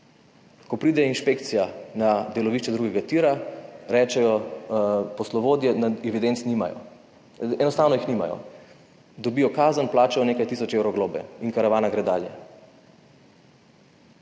Ko pride inšpekcija na delovišče drugega tira, rečejo poslovodje, da evidenc nimajo. Enostavno jih nimajo. Dobijo kazen, plačo nekaj tisoč evrov globe in karavana gre dalje.